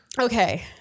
Okay